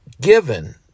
given